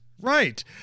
right